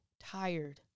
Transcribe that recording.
tired